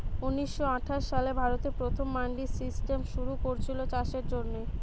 ঊনিশ শ আঠাশ সালে ভারতে প্রথম মান্ডি সিস্টেম শুরু কোরেছিল চাষের জন্যে